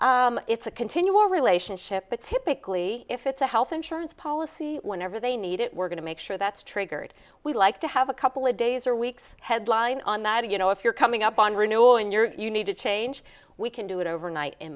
clients it's a continual relationship but typically if it's a health insurance policy whenever they need it we're going to make sure that's triggered we like to have a couple of days or weeks headline on that you know if you're coming up on renewal in your you need to change we can do it overnight in